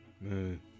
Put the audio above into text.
Man